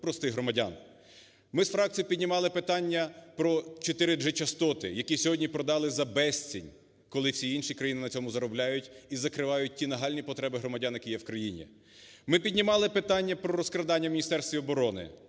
простих громадян. Ми з фракцією піднімали питання про 4G-частоти, які сьогодні продали за безцінь, коли всі інші країни на цьому заробляють і закривають ті нагальні потреби громадян, які є в країні. Ми піднімали питання про розкрадання в Міністерстві оборони.